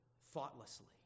thoughtlessly